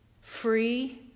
free